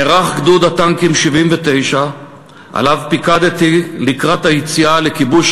נערך גדוד הטנקים 79 שעליו פיקדתי לקראת היציאה לכיבוש